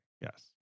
yes